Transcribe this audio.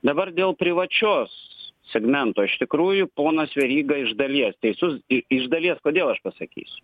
dabar dėl privačios segmento iš tikrųjų ponas veryga iš dalies teisus iš dalies kodėl aš pasakysiu